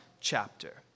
Chapter